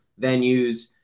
venues